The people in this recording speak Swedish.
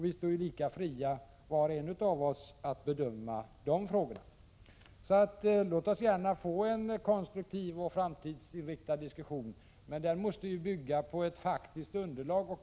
Vi står lika fria var och en av oss att bedöma de frågorna. Låt oss gärna få en konstruktiv och framtidsinriktad diskussion, men den måste bygga på ett faktiskt underlag.